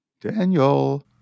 Daniel